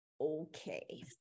okay